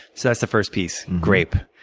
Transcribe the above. so that's the first piece. grape.